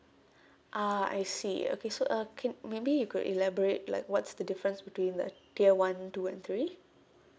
ah I see okay so uh can maybe you could elaborate like what's the difference between the tier one two and three